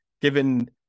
given